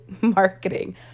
marketing